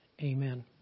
Amen